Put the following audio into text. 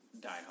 diehard